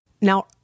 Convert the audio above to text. Now